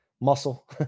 muscle